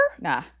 Nah